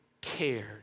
cared